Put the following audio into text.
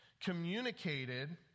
communicated